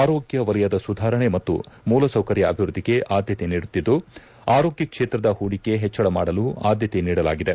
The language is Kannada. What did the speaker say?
ಆರೋಗ್ಯ ವಲಯದ ಸುಧಾರಣೆ ಮತ್ತು ಮೂಲ ಸೌಕರ್ಯ ಅಭಿವೃದ್ಧಿಗೆ ಆದ್ದತೆ ನೀಡುತ್ತಿದ್ದು ಆರೋಗ್ಯ ಕ್ಷೇತ್ರದ ಹೂಡಿಕೆ ಹೆಚ್ಚಳ ಮಾಡಲು ಆದ್ದತೆ ನೀಡಲಾಗಿದೆ